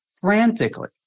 frantically